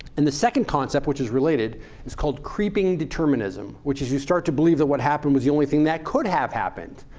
and the second concept which is related is called creeping determinism, which is you start to believe that what happened was the only thing that could have happened.